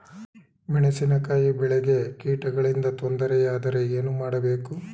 ಮೆಣಸಿನಕಾಯಿ ಬೆಳೆಗೆ ಕೀಟಗಳಿಂದ ತೊಂದರೆ ಯಾದರೆ ಏನು ಮಾಡಬೇಕು?